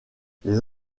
les